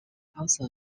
also